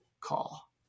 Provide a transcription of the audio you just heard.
call